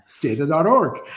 data.org